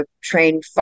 train